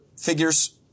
figures